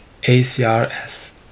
acrs